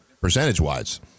percentage-wise